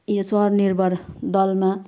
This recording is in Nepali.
यो स्वनिर्भर दलमा